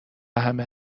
همه